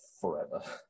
forever